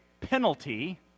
penalty